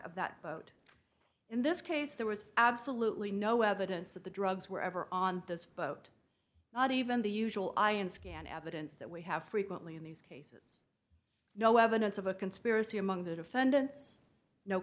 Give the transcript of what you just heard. of that boat in this case there was absolutely no evidence that the drugs were ever on this boat not even the usual ion scan evidence that we have frequently in these cases no evidence of a conspiracy among the defendants no